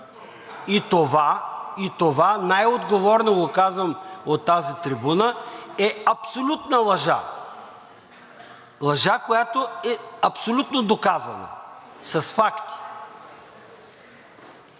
И това, най-отговорно го казвам от тази трибуна, е абсолютна лъжа. Лъжа, която е абсолютно доказана с факти.